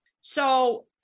So-